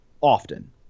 often